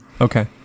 Okay